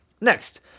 Next